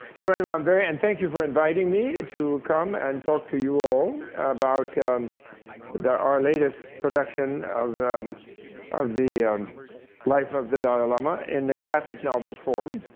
so anyway, i'm very and thank you for inviting me to come and talk to you all about our latest production of of the life of the dalai lama in the graphic novel form.